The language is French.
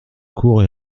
cours